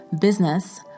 business